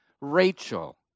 Rachel